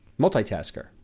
multitasker